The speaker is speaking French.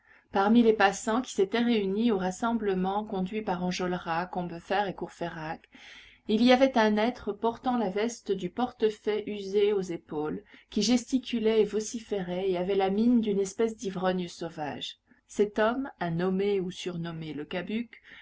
parmi les passants qui s'étaient réunis au rassemblement conduit par enjolras combeferre et courfeyrac il y avait un être portant la veste du portefaix usée aux épaules qui gesticulait et vociférait et avait la mine d'une espèce d'ivrogne sauvage cet homme un nommé ou surnommé le cabuc